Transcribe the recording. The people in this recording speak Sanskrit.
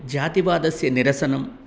जातिवादस्य निरसनं